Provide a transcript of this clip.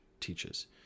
teaches